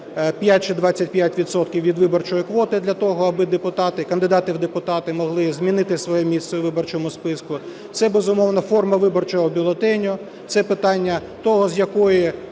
від виборчої квоти для того, аби кандидати в депутати могли змінити своє місце у виборчому списку. Це, безумовно, форма виборчого бюлетеню. Це питання того, з якої